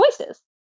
choices